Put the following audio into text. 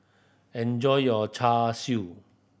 enjoy your Char Siu